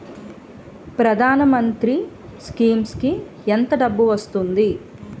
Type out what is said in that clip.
ప్రధాన మంత్రి స్కీమ్స్ కీ ఎంత డబ్బు వస్తుంది?